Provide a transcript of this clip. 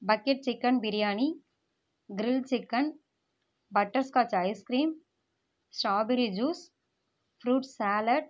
bucket chicken biriyani grill chicken butterscotch icecream strawberry juice froot salad